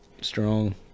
strong